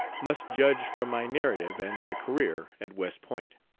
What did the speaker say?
must judge from my narrative and my career at west point.